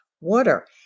water